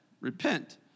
repent